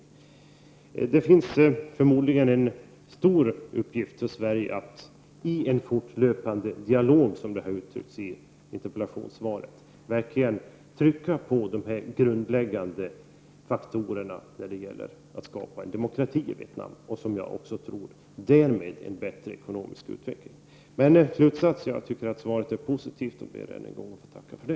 Sverige har förmodligen en stor uppgift att i en fortlöpande dialog, som det uttrycks i interpellationssvaret, verkligen trycka på dessa grundläggande faktorer när det gäller att skapa en demokrati i Vietnam och, som jag tror, därmed också en bättre ekonomisk utveckling. Men min slutsats är att svaret är positivt, och jag ber än en gång att få tacka för detta.